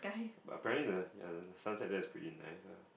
but apparently the ya the sunset there is pretty nice ah